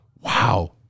Wow